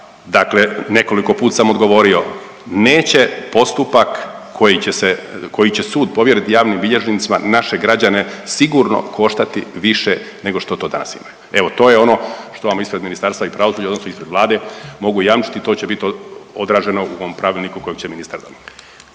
Dakle, nekoliko put sam odgovorio, neće postupak koji će sud povjeriti javnim bilježnicima naše građane sigurno koštati više nego što to danas imaju. Evo to je ono što vam ispred i Ministarstva pravosuđa odnosno ispred Vlade mogu jamčiti i to će biti odraženo u ovom pravilniku kojeg će ministar donijet.